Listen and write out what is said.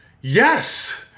Yes